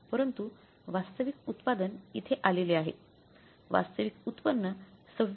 परंतु वास्तविक उत्पादन इथे आलेला आहे वास्तविक उत्पन्न 26